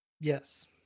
Yes